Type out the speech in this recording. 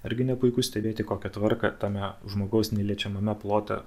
argi ne puiku stebėti kokią tvarką tame žmogaus neliečiamame plote